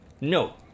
No